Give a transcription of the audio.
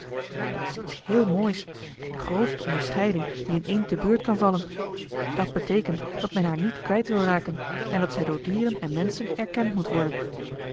dat is iets heel moois en de grootste onderscheiding die een eend te beurt kan vallen dat beteekent dat men haar niet kwijt wil raken en dat zij door dieren en menschen erkend moet worden